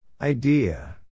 Idea